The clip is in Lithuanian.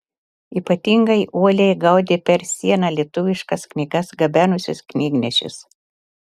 ypatingai uoliai gaudė per sieną lietuviškas knygas gabenusius knygnešius